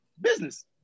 Business